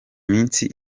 minsi